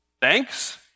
Thanks